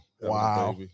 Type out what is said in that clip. Wow